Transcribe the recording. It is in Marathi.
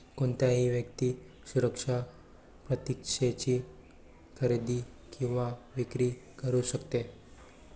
कोणतीही व्यक्ती सुरक्षा प्रतिज्ञेची खरेदी किंवा विक्री करू शकते